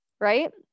right